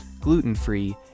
gluten-free